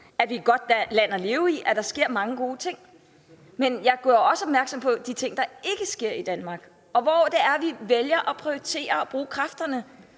at vi er et godt land at leve i og der sker mange gode ting. Men jeg gjorde også opmærksom på de ting, der ikke sker i Danmark, og på, hvor vi vælger at prioritere og bruge kræfterne.